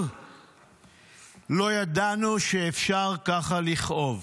"לא ידענו שאפשר ככה לכאוב.